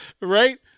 Right